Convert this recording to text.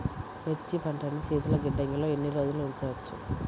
మిర్చి పంటను శీతల గిడ్డంగిలో ఎన్ని రోజులు ఉంచవచ్చు?